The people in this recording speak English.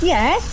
Yes